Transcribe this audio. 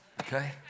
Okay